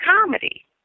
comedy